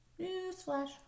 Newsflash